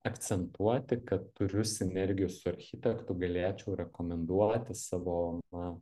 akcentuoti kad turiu sinergijų su architektu galėčiau rekomenduoti savo na